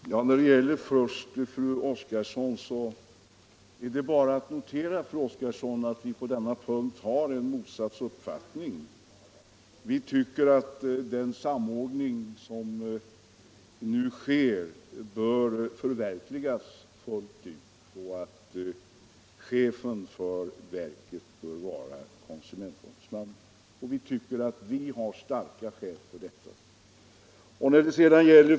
Fru talman! När det först gäller vad fru Oskarsson senast sade är det bara att notera, fru Oskarsson, att vi på denna punkt har motsatt uppfattning. Vi tycker att den samordning som nu sker bör förverkligas fullt ut och att chefen för verket bör vara konsumentombudsmannen. Vi tycker också att vi har starka skäl för detta.